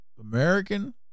American